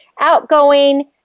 outgoing